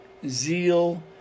zeal